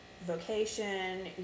vocation